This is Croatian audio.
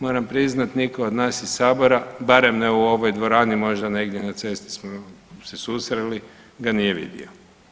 Moram priznati, nitko od nas iz Sabora, barem ne u ovoj dvorani, možda negdje na cesti smo se susreli, ga nije vidio.